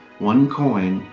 one coin,